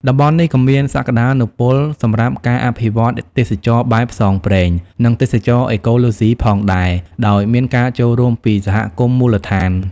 តំបន់នេះក៏មានសក្តានុពលសម្រាប់ការអភិវឌ្ឍទេសចរណ៍បែបផ្សងព្រេង និងទេសចរណ៍អេកូឡូស៊ីផងដែរ ដោយមានការចូលរួមពីសហគមន៍មូលដ្ឋាន។